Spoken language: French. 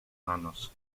manosque